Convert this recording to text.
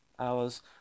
hours